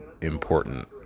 important